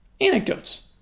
anecdotes